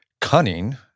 cunning